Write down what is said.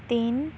ਤਿੰਨ